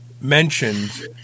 mentioned